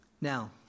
Now